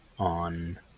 on